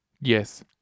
Yes